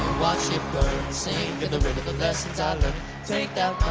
watch it burn sink in the river the lessons take that